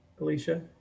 Alicia